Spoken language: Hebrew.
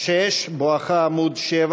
6 בואכה עמוד 7,